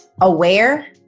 Aware